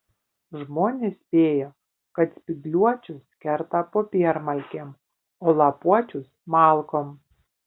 žmonės spėjo kad spygliuočius kerta popiermalkėm o lapuočius malkom